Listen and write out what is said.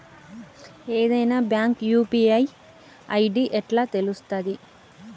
ఏదైనా bank UPI ID ఎట్లా తెలుత్తది?